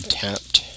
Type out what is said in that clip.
tapped